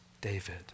David